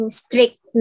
strict